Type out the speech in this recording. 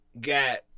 got